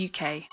UK